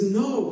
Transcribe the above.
no